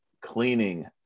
cleaning